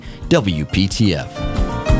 WPTF